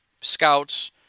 Scouts